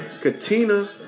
Katina